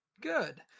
Good